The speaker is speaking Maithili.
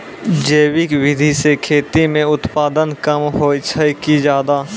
जैविक विधि से खेती म उत्पादन कम होय छै कि ज्यादा?